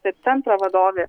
taip centro vadovė